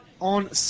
on